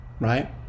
right